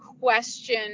question